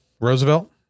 Roosevelt